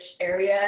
area